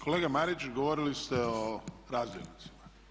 Kolega Marić, govorili ste o razdjelnicima.